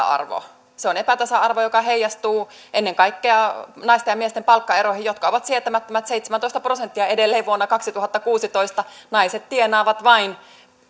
arvo se on epätasa arvo joka heijastuu ennen kaikkea naisten ja miesten palkkaeroihin jotka ovat sietämättömät seitsemäntoista prosenttia edelleen vuonna kaksituhattakuusitoista naiset tienaavat vain